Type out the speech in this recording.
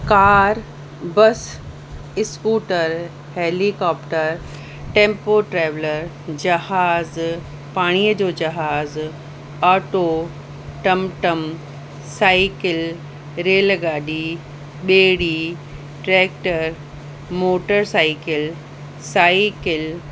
car bus scooter helicopter tempo traveller जहाज़ पाणीअ जो जहाज़ ऑटो टमटम साइकिल रेल गाॾी ॿेड़ी ट्रैक्टर मोटर साइकिल साइकिल